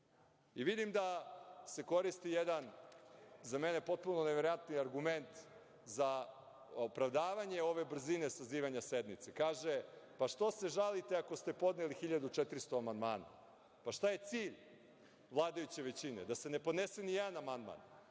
I vidim da se koristi jedan, za mene potpuno neverovatan argument, za opravdavanje ove brzine sazivanja sednice, kaže – pa, što se žalite ako ste podneli 1.400 amandmana? Pa, šta je cilj vladajuće većine, da se ne podnese ni jedan amandman,